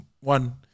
one